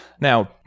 Now